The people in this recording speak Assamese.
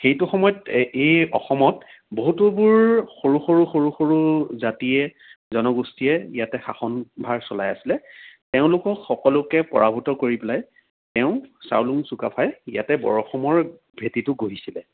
সেইটো সময়ত এই অসমত বহুতোবোৰ সৰু সৰু সৰু সৰু জাতিয়ে জনগোষ্ঠীয়ে ইয়াতে শাষণভাৰ চলাই আছিলে তেওঁলোকক সকলোকে পৰাভূত কৰি পেলাই তেওঁ চাওলুং চুকাফাই ইয়াতে বৰ অসমৰ ভেঁটিটো গঢ়িছিল